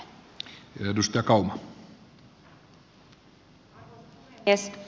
arvoisa puhemies